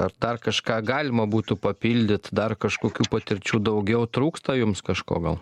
ar dar kažką galima būtų papildyt dar kažkokių patirčių daugiau trūksta jums kažko gal